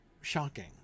shocking